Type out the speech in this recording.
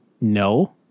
no